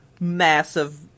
massive